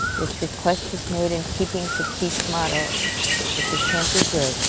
this request was made in keeping to pete's motto if you can't be good,